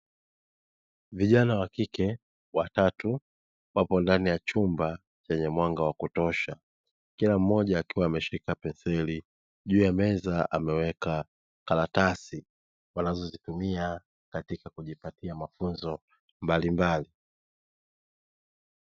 Vijana wakike watatu wapo ndani ya chumba chenye mwanga wa kutosha, kila mmoja akiwa ameshika penseli juu ya meza ameweka karatasi wanazozitumia katika kujipatia mafunzo mbalimbali.